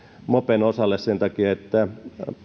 mopen osalle sen takia että